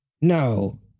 No